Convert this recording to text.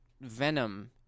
venom